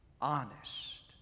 honest